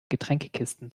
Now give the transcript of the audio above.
getränkekisten